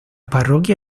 parroquia